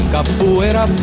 Capoeira